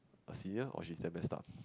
a senior or she is damn messed up